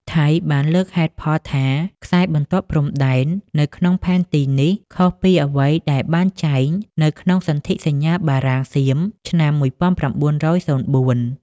ថៃបានលើកហេតុផលថា ខ្សែបន្ទាត់ព្រំដែន នៅក្នុងផែនទីនេះ ខុសពីអ្វីដែលបានចែងនៅក្នុងសន្ធិសញ្ញាបារាំង-សៀម ឆ្នាំ១៩០៤។